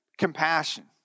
Compassion